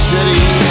City